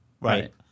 right